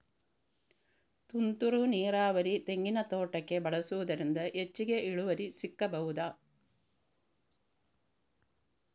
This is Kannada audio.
ತುಂತುರು ನೀರಾವರಿ ತೆಂಗಿನ ತೋಟಕ್ಕೆ ಬಳಸುವುದರಿಂದ ಹೆಚ್ಚಿಗೆ ಇಳುವರಿ ಸಿಕ್ಕಬಹುದ?